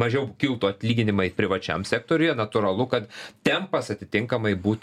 mažiau kiltų atlyginimai privačiam sektoriuje natūralu kad tempas atitinkamai būtų